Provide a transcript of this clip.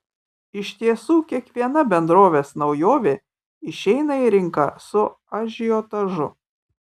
iš tiesų kiekviena bendrovės naujovė išeina į rinką su ažiotažu